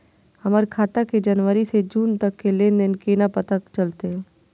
हमर खाता के जनवरी से जून तक के लेन देन केना पता चलते?